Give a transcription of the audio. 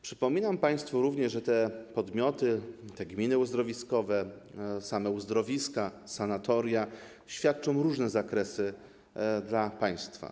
Przypominam państwu również, że te podmioty, te gminy uzdrowiskowe, same uzdrowiska, sanatoria świadczą usługi w różnych zakresach dla państwa.